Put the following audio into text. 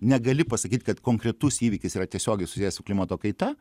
negali pasakyt kad konkretus įvykis yra tiesiogiai susijęs su klimato kaita